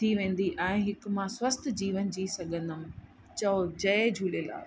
थी वेंदी ऐं हिकु मां स्वस्थ जीवन जी सघंदमि चओ जय झूलेलाल